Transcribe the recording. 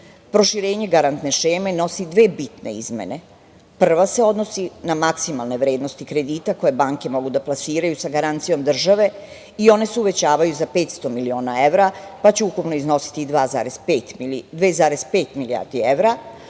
Proširenje garantne šeme nosi dve bitne izmene. Prva se odnosi na maksimalne vrednosti kredita koje banke mogu da plasiraju sa garancijom države i one se uvećavaju za 500 miliona evra, pa će ukupno iznositi 2,5 milijarde evra,